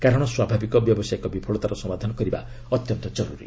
କାରଣ ସ୍ୱାଭାବିକ ବ୍ୟବସାୟିକ ବିଫଳତାର ସମାଧାନ କରିବା ଅତ୍ୟନ୍ତ ଜରୁରୀ